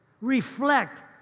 Reflect